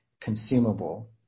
consumable